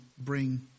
bring